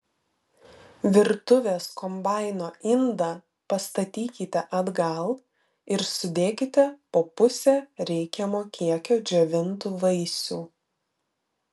virtuvės kombaino indą pastatykite atgal ir sudėkite po pusę reikiamo kiekio džiovintų vaisių